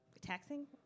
taxing